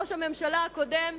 ראש הממשלה הקודם,